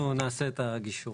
אנחנו נעשה את הגישור.